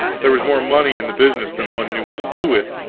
there was more money in the business than one knew what to do with.